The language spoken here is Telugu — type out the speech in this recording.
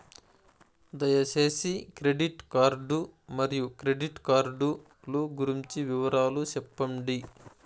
దయసేసి క్రెడిట్ కార్డు మరియు క్రెడిట్ కార్డు లు గురించి వివరాలు సెప్పండి?